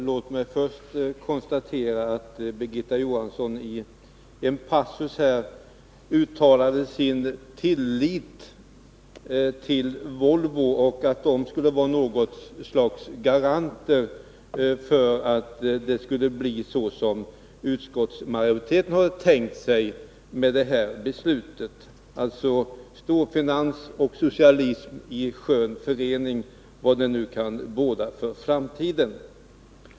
Låt mig först konstatera att Birgitta Johansson i en passus uttalade sin tillit till Volvo och att Volvo skulle vara något slags garant för att det här beslutet skulle ge ett sådant resultat som utskottsmajoriteten hade tänkt sig — alltså storfinans och socialism i skön förening, vad det nu kan båda för framtiden.